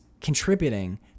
contributing